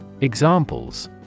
Examples